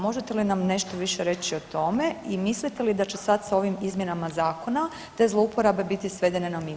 Možete li nam nešto više reći o tome i mislite li da će sad s ovim izmjenama zakona te zlouporabe biti svedene na minimum?